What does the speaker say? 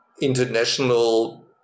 international